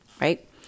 right